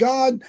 God